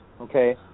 Okay